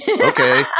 okay